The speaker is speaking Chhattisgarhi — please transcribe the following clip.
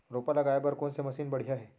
रोपा लगाए बर कोन से मशीन बढ़िया हे?